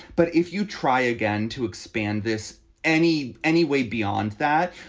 but if you try again to expand this any any way beyond that,